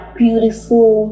beautiful